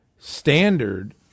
standard